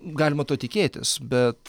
galima to tikėtis bet